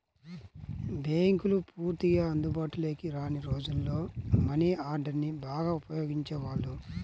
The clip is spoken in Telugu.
బ్యేంకులు పూర్తిగా అందుబాటులోకి రాని రోజుల్లో మనీ ఆర్డర్ని బాగా ఉపయోగించేవాళ్ళు